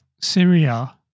Syria